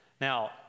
Now